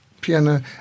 piano